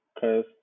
Cause